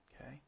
Okay